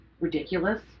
ridiculous